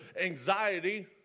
anxiety